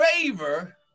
favor